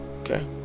Okay